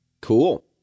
Cool